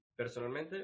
Personalmente